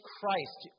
Christ